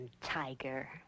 Tiger